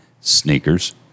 sneakers